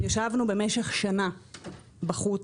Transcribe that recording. ישבנו במשך שנה בחוץ,